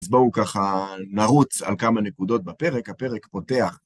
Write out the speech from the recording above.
אז בואו ככה נרוץ על כמה נקודות בפרק, הפרק פותח.